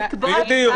בדיוק.